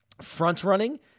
front-running